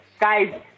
Guys